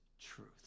truth